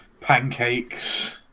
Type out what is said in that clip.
pancakes